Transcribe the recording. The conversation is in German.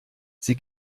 sie